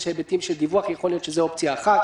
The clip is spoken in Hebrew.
בהיבטים של דיווח יכול להיות שזו אופציה אחת